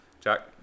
Jack